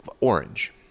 orange